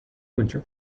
winter